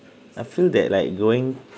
I feel that like going